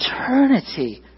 eternity